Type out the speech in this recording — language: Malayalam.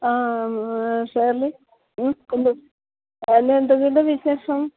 ഷേർളി സുഖമല്ലേ പിന്നെ എന്തൊക്കെ ഉണ്ട് വിശേഷം